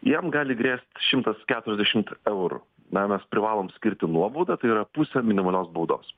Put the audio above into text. jam gali grėst šimtas keturiasdešimt eurų na mes privalom skirti nuobaudą tai yra pusę minimalios baudos